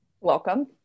Welcome